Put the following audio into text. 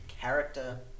character